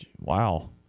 Wow